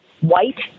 white